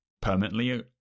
permanently